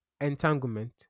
entanglement